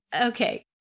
Okay